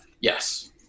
Yes